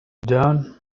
done